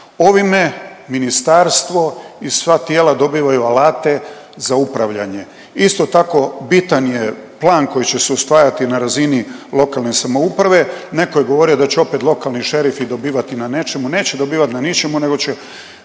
Ovime ministarstvo i sva tijela dobivaju alate za upravljanje. Isto tako bitan je plan koji će se usvajati na razini lokalne samouprave, neko je govorio da će opet lokalni šerifi dobivati na nečemu. Neće dobivati na ničemu nego će